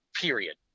period